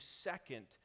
second